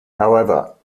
however